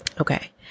Okay